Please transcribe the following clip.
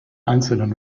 einzelnen